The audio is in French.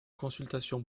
consultation